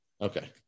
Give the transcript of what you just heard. Okay